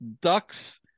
Ducks